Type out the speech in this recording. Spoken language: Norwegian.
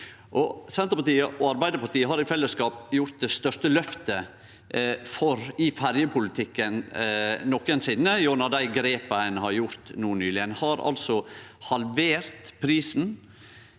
Senterpartiet og Arbeidarpartiet har i fellesskap gjort det største løftet i ferjepolitikken nokosinne gjennom dei grepa ein har teke no nyleg. Ein har halvert prisen